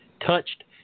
touched